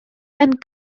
gan